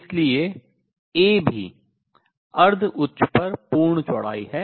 इसलिए A भी अर्ध उच्च पर पूर्ण चौड़ाई है